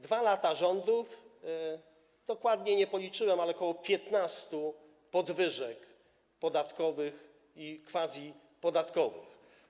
2 lata rządów, dokładnie nie policzyłem, ale ok. 15 podwyżek podatkowych i quasi- podatkowych.